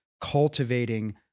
cultivating